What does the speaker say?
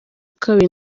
kabiri